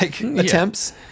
attempts